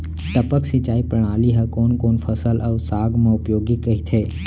टपक सिंचाई प्रणाली ह कोन कोन फसल अऊ साग म उपयोगी कहिथे?